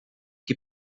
que